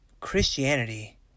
Christianity